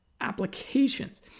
applications